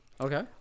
Okay